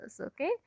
Okay